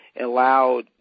Allowed